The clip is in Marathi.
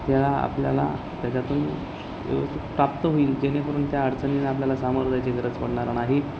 त्या आपल्याला त्याच्यातून प्राप्त होईल जेणेकरून त्या अडचणीने आपल्याला सामोरं जायची गरज पडणार नाही